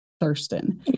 Thurston